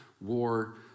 war